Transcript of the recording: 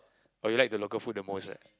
or you like the local food the most right